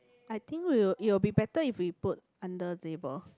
I think we'll it'll be better if we put under table